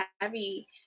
heavy